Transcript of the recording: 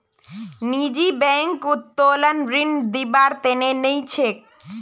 निजी बैंक उत्तोलन ऋण दिबार तैयार नइ छेक